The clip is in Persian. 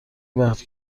وقتی